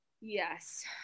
Yes